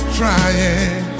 trying